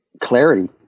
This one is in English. clarity